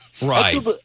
Right